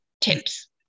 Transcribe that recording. Tips